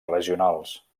regionals